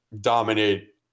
dominate